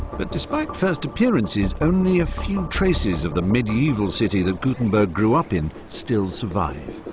but despite first appearances, only a few traces of the medieval city that gutenberg grew up in still survive.